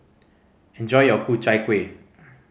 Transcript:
enjoy your Ku Chai Kueh